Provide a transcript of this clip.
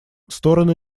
стороны